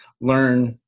learn